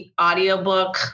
audiobook